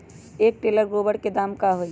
एक टेलर गोबर के दाम का होई?